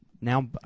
now